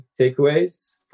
takeaways